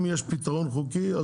אם יש פתרון חוקי,